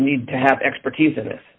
need to have expertise in this